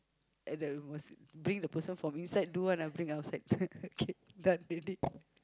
at the must bring the person from inside do one ah bring outside okay done already